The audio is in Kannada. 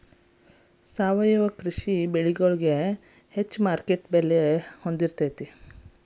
ಸಾವಯವ ಕೃಷಿ ಬೆಳಿಗೊಳ ಹೆಚ್ಚಿನ ಮಾರ್ಕೇಟ್ ಮೌಲ್ಯ ಹೊಂದಿರತೈತಿ